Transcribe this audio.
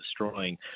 destroying